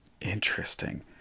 Interesting